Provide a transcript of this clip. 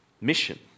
mission